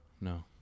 No